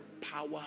power